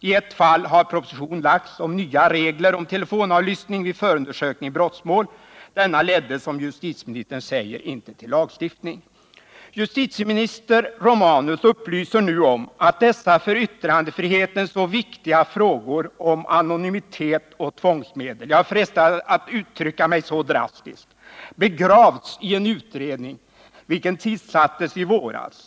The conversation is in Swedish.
I ett fall har proposition lagts fram om nya regler för telefonavlyssning vid förundersökning i brottmål. Denna ledde, som justitieministern säger, inte till lagstiftning. Justitieminister Romanus upplyser nu om att dessa för yttrandefriheten så viktiga frågor om anonymitet och tvångsmedel — jag frestas att uttrycka mig så drastiskt — begravts i en utredning, vilken tillsattes i somras.